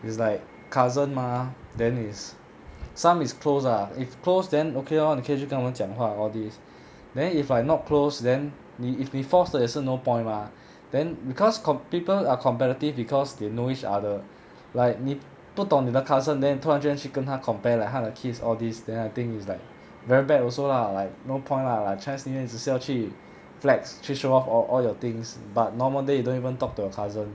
is like cousin mah then is some is close ah if close then okay lor 你可以去跟他们讲话 all these then if like not close then 你 if 你 force 了也是 no point mah then because com~ people are competitive because they know each other like 你不懂你的 cousin then 突然间去跟他 compare like 他的 kids all these then I think is like very bad also lah like no point lah like chinese new year 你只是要去 flex 去 show off all all your things but normal day you don't even talk to your cousin